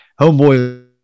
homeboy